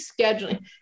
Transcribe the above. scheduling